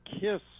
kiss